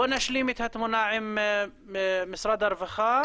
בוא נשלים את התמונה עם משרד הרווחה.